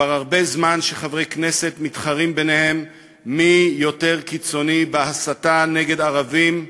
כבר הרבה זמן שחברי כנסת מתחרים ביניהם מי יותר קיצוני בהסתה נגד ערבים,